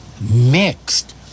mixed